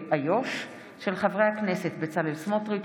של חברי הכנסת בצלאל סמוטריץ',